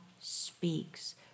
speaks